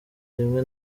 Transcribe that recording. rimwe